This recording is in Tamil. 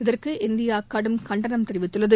இதற்கு இந்தியா கடும் கண்டனம் தெரிவித்துள்ளது